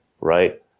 Right